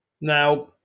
Now